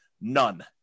None